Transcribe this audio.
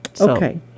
Okay